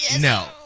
No